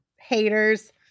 haters